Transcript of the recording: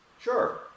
sure